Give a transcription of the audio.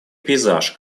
пейзаж